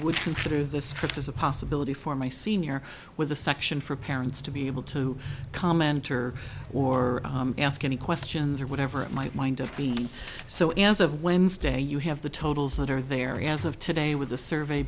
would consider this trip as a possibility for my senior with a section for parents to be able to comment or or ask any questions or whatever it might wind up being so as of wednesday you have the totals that are there as of today with the survey